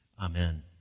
Amen